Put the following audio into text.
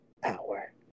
power